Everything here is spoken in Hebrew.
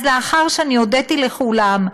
אז לאחר שהודיתי לכולם,